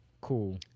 Cool